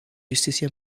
justitie